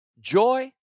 joy